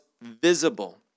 visible